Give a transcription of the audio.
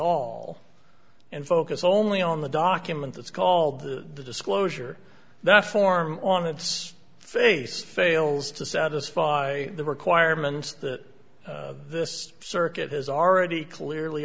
all and focus only on the document that's called the disclosure that form on its face fails to satisfy the requirements that this circuit has already clearly